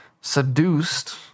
seduced